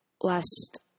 last